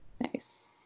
nice